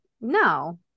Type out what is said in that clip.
no